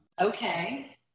okay